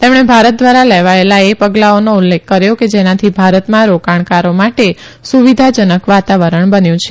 તેમણે ભારત દ્વારા લેવાયેલા એ પગલાંઓનો ઉલ્લેખ કર્યો કે જેનાથી ભારતમાં રોકાણકારો માટે સુવિધાજનક વાતાવરણ બન્યુ છે